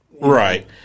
Right